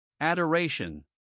Adoration